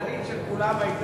הדעה הכללית של כולם היתה